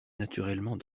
naturellement